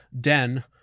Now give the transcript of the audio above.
Den